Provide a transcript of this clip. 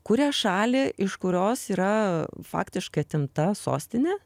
kurią šalį iš kurios yra faktiškai atimta sostinė